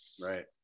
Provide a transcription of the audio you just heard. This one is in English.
Right